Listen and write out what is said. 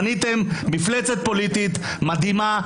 בניתם מפלצת פוליטית מדהימה.